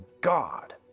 God